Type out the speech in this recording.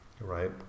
right